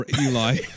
Eli